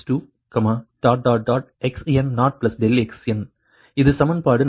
xn0∆xn இது சமன்பாடு 44 ஆகும்